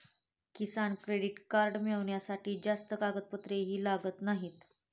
किसान credit card मिळवण्यासाठी जास्त कागदपत्रेही लागत नाहीत